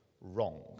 wrong